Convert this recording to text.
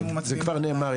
זה כבר נאמר,